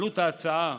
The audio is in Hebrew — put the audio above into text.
עלות ההצעה,